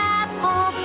apple